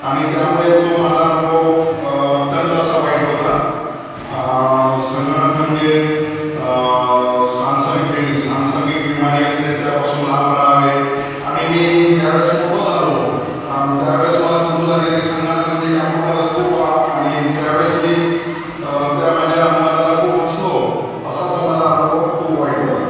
आणि त्यामुळे तो माझा अनुभव अत्यंत असा वाईट होता संगणक म्हणजे सांसारबी सांसर्गिक बिमारी असते त्यापासून लांब राहावे आणि मी ज्यावेळेस मोठो झालो त्यावेळेस मला समजू लागले कि संगणक म्हणजे कॅम्पुटर असते बॉ आणि त्यावेळेस मी त्या माझ्या अनुवादाला खूप हसलो असा तो माझा अनुभव खूप वाईट होता